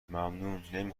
ممنون، نمی